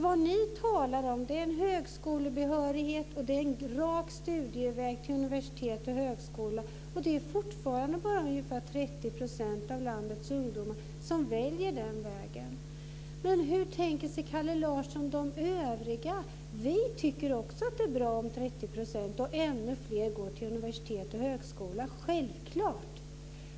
Vad ni talar om är en högskolebehörighet och en rak studieväg till universitet och högskola, men det är fortfarande bara ungefär 30 % av landets ungdomar som väljer den vägen. Hur tänker Kalle Larsson i fråga om de övriga? Vi tycker också att det är bra om 30 % och ännu fler går till universitet och högskola - självklart!